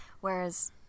Whereas